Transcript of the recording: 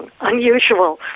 unusual